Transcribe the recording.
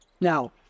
Now